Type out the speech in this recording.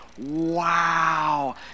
Wow